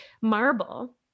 marble